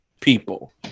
people